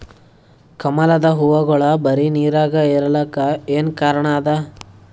ಕಮಲದ ಹೂವಾಗೋಳ ಬರೀ ನೀರಾಗ ಇರಲಾಕ ಏನ ಕಾರಣ ಅದಾ?